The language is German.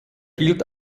gilt